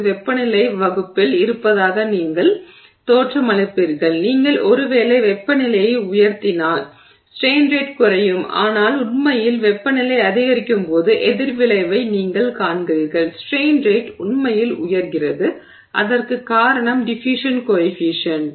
வெப்பநிலை வகுப்பில் இருப்பதாக நீங்கள் தோற்றமளிப்பீர்கள் நீங்கள் ஒருவேளை வெப்பநிலையை உயர்த்தினால் ஸ்ட்ரெய்ன் ரேட் குறையும் ஆனால் உண்மையில் வெப்பநிலை அதிகரிக்கும் போது எதிர் விளைவை நீங்கள் காண்கிறீர்கள் ஸ்ட்ரெய்ன் ரேட் உண்மையில் உயர்கிறது அதற்குக் காரணம் டிஃபுயூஷன் கோயெஃபிஷியன்ட்